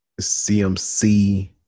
CMC